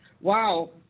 wow